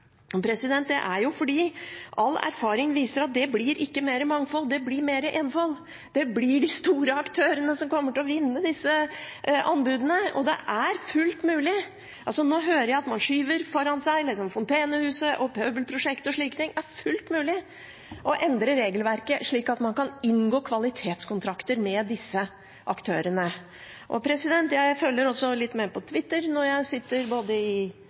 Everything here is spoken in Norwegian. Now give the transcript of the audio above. Det er fordi all erfaring viser at det blir ikke mer mangfold, det blir mer enfold. Det blir de store aktørene som kommer til å vinne disse anbudene. Nå hører jeg at man skyver Fontenehuset, Pøbelprosjektet og slike ting foran seg. Det er fullt mulig å endre regelverket slik at man kan inngå kvalitetskontrakter med disse aktørene. Jeg følger også litt med på Twitter, både når jeg sitter i Stortinget og ellers, og jeg kan jo si at i